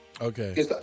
Okay